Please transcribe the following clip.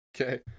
Okay